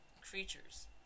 creatures